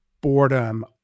boredom